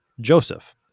Joseph